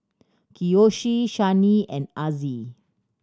Kiyoshi Shani and Azzie